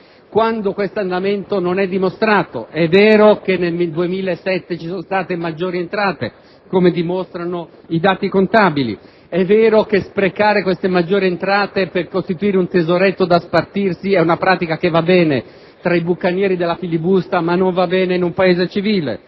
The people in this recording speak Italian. quando questo andamento non è dimostrato. È vero che nel 2007 ci sono state maggiori entrate, come dimostrano i dati contabili; è vero che sprecare queste maggiori entrate per costituire un tesoretto da spartirsi è una pratica che va bene tra i bucanieri della filibusta, ma non va bene in un Paese civile;